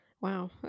Wow